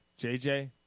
JJ